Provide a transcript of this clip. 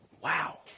Wow